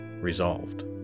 resolved